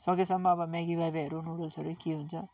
सकेसम्म अब मेगी वाईवाईहरू नुडल्सहरू के हुन्छ